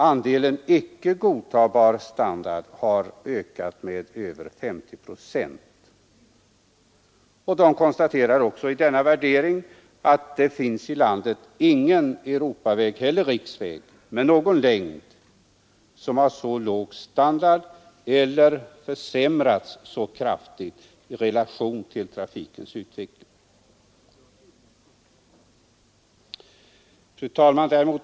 Andelen icke godtagbar standard har ökat med över 50 procent. I värderingen konstateras också att det finns i landet ingen Europaväg eller riksväg med någon längd som har så låg standard eller som har försämrats så kraftigt i relation till trafikens utveckling som E 6.